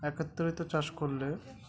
একত্রিত চাষ করলে